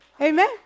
Amen